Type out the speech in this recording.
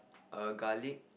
a garlic